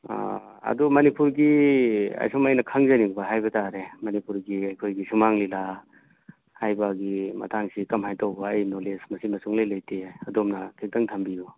ꯑꯗꯨ ꯃꯅꯤꯄꯨꯔꯒꯤ ꯑꯁꯨꯝ ꯑꯩꯅ ꯈꯪꯖꯅꯤꯡꯕ ꯍꯥꯏꯕ ꯇꯥꯔꯦ ꯃꯅꯤꯄꯨꯔꯒꯤ ꯑꯩꯈꯣꯏꯒꯤ ꯁꯨꯃꯥꯡ ꯂꯤꯂꯥ ꯍꯥꯏꯕꯒꯤ ꯃꯇꯥꯡꯁꯤ ꯀꯃꯥꯏ ꯇꯧꯕ ꯑꯩ ꯅꯣꯂꯦꯖ ꯃꯁꯤꯃ ꯁꯨꯡꯂꯩ ꯂꯩꯇꯦ ꯑꯗꯣꯝꯅ ꯈꯤꯇꯪ ꯊꯝꯕꯤꯌꯨ